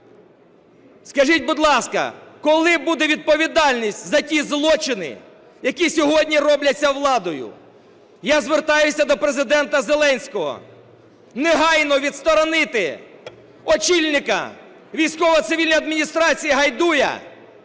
Скажіть, будь ласка, коли буде відповідальність за ті злочини, які сьогодні робляться владою? Я звертаюсь до Президента Зеленського: негайно відсторонити очільника